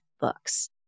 books